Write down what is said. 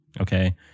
okay